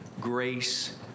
grace